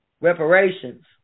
reparations